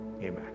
amen